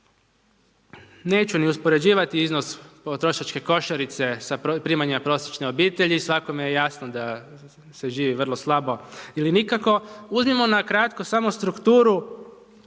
neću ni uspoređivati iznos potrošačke košarice sa primanjem prosječene obitelji, svakome je jasno da se živi vrlo slabo, ili nikako, uzmimo na kratko samo strukturu